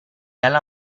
alla